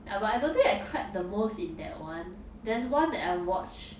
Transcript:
ya but I don't think I cried the most in that one there's one that I watch